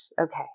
Okay